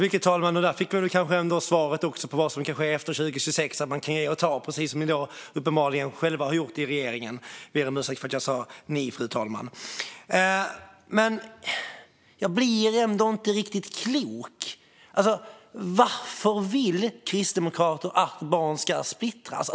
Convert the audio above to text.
Fru talman! Där fick vi väl kanske ändå svaret på vad som kan ske efter 2026 - att man kan ge och ta precis som ni uppenbarligen själva har gjort i regeringen. Jag ber om ursäkt för att jag sa "ni", fru talman. Men jag blir ändå inte riktigt klok på varför Kristdemokraterna vill att barn ska splittras.